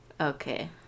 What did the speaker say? Okay